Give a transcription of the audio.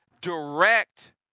direct